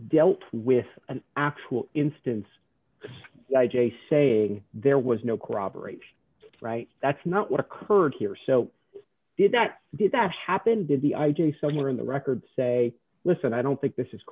dealt with an actual instance i j saying there was no cooperation right that's not what occurred here so did that did that happen did the i g somewhere in the record say listen i don't think this is